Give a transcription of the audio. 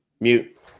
Mute